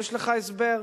יש לך הסבר.